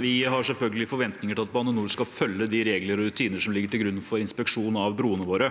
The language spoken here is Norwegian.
Vi har selvføl- gelig forventninger til at Bane NOR skal følge de regler og rutiner som ligger til grunn for inspeksjon av bruene våre.